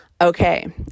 Okay